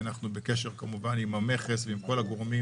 אנחנו בקשר עם המכס ועם כל הגורמים